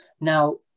Now